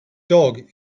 dog